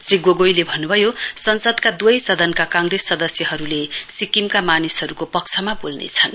श्री गोगाईले भन्नुभयो संसदका दुवै सदनका कांग्रेस सदस्यहरूले सिक्किमका मानिसहरूको पक्षमा बोल्नेछन्